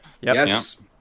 Yes